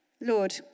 Lord